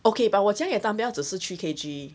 okay but 我家的 dumbbell 只是 three K_G